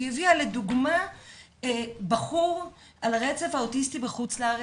היא הביאה לדוגמה בחור על הרצף האוטיסטי בחוץ לארץ,